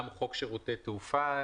גם חוק שירותי תעופה.